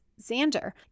Xander